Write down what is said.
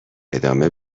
ادامه